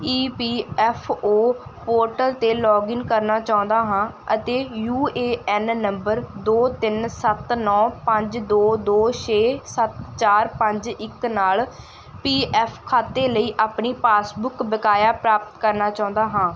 ਈ P F O portal 'ਤੇ login ਕਰਨਾ ਚਾਹੁੰਦਾ ਹਾਂ ਅਤੇ ਯੂ ਏ ਐਨ ਨੰਬਰ ਦੋ ਤਿੰਨ ਸੱਤ ਨੌ ਪੰਜ ਦੋ ਦੋ ਛੇ ਸੱਤ ਚਾਰ ਪੰਜ ਇੱਕ ਨਾਲ ਪੀ ਐਫ ਖਾਤੇ ਲਈ ਆਪਣੀ ਪਾਸਬੁੱਕ ਬਕਾਇਆ ਪ੍ਰਾਪਤ ਕਰਨਾ ਚਾਹੁੰਦਾ ਹਾਂ